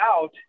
out